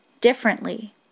differently